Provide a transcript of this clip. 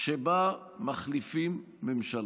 שבה מחליפים ממשלה.